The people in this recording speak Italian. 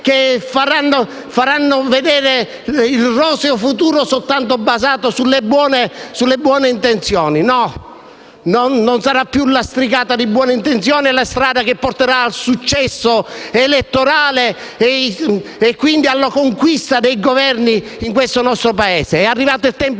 o prospettando un roseo futuro basato soltanto sulle buone intenzioni. No, non sarà più lastricata di buone intenzioni la strada che porterà al successo elettorale e quindi alla conquista del governo di questo nostro Paese: è arrivato il tempo